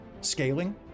scaling